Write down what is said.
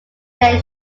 then